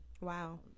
wow